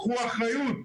קחו אחריות.